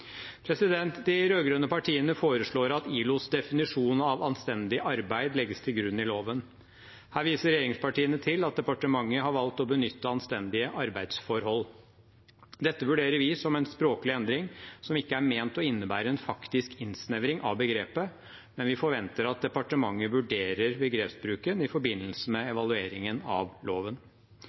De rød-grønne partiene foreslår at ILOs definisjon av anstendig arbeid legges til grunn i loven. Her viser regjeringspartiene til at departementet har valgt å benytte anstendige arbeidsforhold. Dette vurderer vi som en språklig endring som ikke er ment å innebære en faktisk innsnevring av begrepet, men vi forventer at departementet vurderer begrepsbruken i forbindelse med evalueringen av loven.